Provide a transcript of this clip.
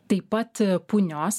taip pat punios